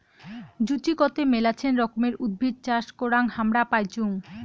জুচিকতে মেলাছেন রকমের উদ্ভিদ চাষ করাং হামরা পাইচুঙ